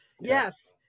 Yes